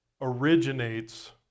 originates